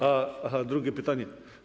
Aha, drugie pytanie.